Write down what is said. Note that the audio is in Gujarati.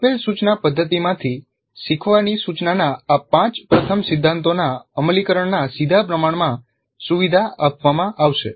આપેલ સૂચના પદ્ધતિમાંથી શીખવાની સૂચનાના આ પાંચ પ્રથમ સિદ્ધાંતોના અમલીકરણના સીધા પ્રમાણમાં સુવિધા આપવામાં આવશે